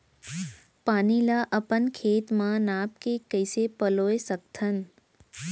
पानी ला अपन खेत म नाप के कइसे पलोय सकथन?